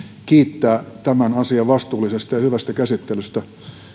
kiittää tämän asian vastuullisesta ja hyvästä käsittelystä